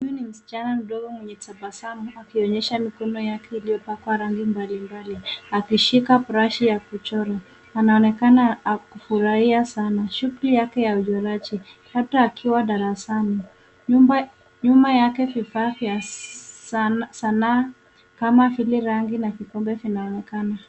Huyu ni msichana mdogo mwenye tabasamu akinyesha mikono yake iliyopakwa rangi mbalimbali akishika brashi ya kuchora, anaonekana akifurahia sana shughuli yake ya uchoraji labda akiwa darasani, nyuma yake vifaa vya sanaa kama vile rangi na vikombe vinaonekana.